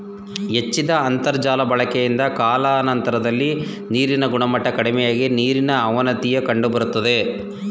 ಹೆಚ್ಚಿದ ಅಂತರ್ಜಾಲ ಬಳಕೆಯಿಂದ ಕಾಲಾನಂತರದಲ್ಲಿ ನೀರಿನ ಗುಣಮಟ್ಟ ಕಡಿಮೆಯಾಗಿ ನೀರಿನ ಅವನತಿಯ ಕಂಡುಬರ್ತದೆ